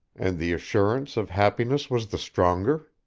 and the assurance of happiness was the stronger?